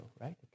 right